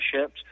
ships